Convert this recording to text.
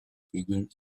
bügeln